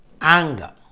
anger